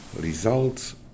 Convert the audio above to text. results